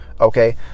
Okay